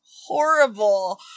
horrible